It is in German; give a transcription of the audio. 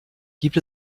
gibt